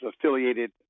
affiliated